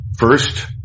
First